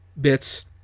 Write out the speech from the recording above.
bits